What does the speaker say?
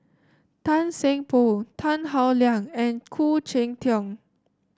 Tan Seng Poh Tan Howe Liang and Khoo Cheng Tiong